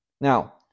Now